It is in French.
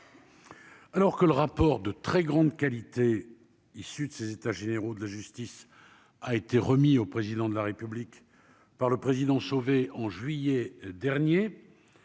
Alors que le rapport de très grande qualité issus de ces états généraux de la justice, a été remis au président de la République par le président en juillet dernier,